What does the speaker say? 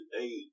eight